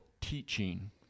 teaching